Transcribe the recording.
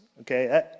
Okay